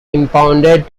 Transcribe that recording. impounded